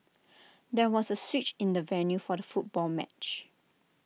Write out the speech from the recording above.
there was A switch in the venue for the football match